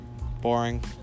Boring